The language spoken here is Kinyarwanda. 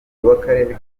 w’akarere